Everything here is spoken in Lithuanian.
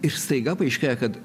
iš staiga paaiškėja kad